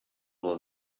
will